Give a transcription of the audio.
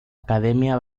academia